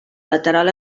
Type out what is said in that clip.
lateral